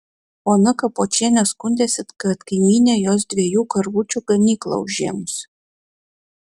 ona kapočienė skundėsi kad kaimynė jos dviejų karvučių ganyklą užėmusi